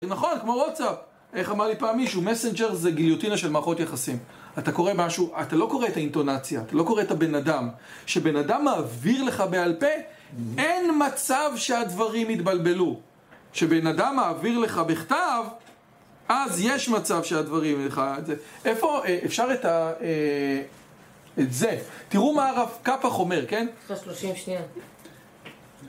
נכון, כמו וואצפ, איך אמר לי פעם מישהו, מסנג'ר זה גיליוטינה של מערכות יחסים. אתה קורא משהו, אתה לא קורא את האינטונציה, אתה לא קורא את הבן אדם. כשבן אדם מעביר לך בעל פה, אין מצב שהדברים יתבלבלו. כשבן אדם מעביר לך בכתב, אז יש מצב שהדברים... איפה... אפשר את ה... את זה. תראו מה הרב קפח אומר, כן?